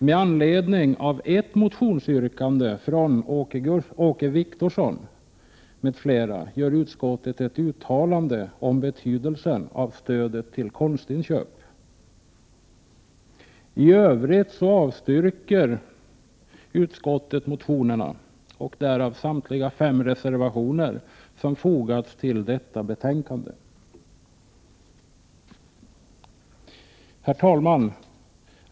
Med anledning av ett motionsyrkande från Åke Wictorsson m.fl. gör utskottet ett uttalande om betydelsen av stödet till konstinköp. I övrigt avstyrker utskottet motionerna och därmed samtliga fem reservationer som fogats till detta betänkande. Herr talman!